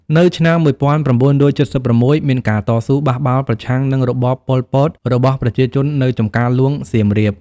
នៅឆ្នាំ ១៩៧៦ មានការតស៊ូបះបោរប្រឆាំង និងរបប ប៉ុល ពត របស់ប្រជាជននៅ ចម្ការហ្លួងសៀមរាប។